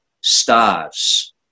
stars